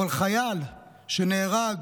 חייל שנהרג